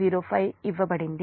05 ఇవ్వబడింది